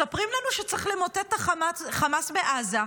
מספרים לנו שצריך למוטט את החמאס בעזה,